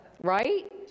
right